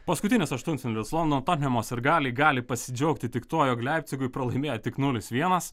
paskutinis aštuntfinalis londono totenhemo sirgaliai gali pasidžiaugti tik tuo jog leipcigui pralaimėjo tik nulis vienas